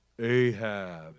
Ahab